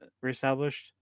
reestablished